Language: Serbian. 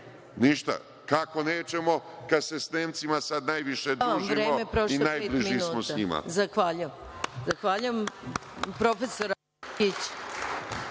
Ništa. Kako nećemo kada se sa Nemcima sada najviše družimo i najbliži smo sa njima?